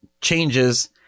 changes